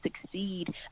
succeed